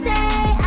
Say